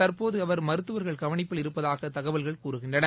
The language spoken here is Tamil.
தற்போது அவர் மருத்துவர்கள் கவனிப்பில் இருப்பதாக தகவல்கள் கூறுகின்றன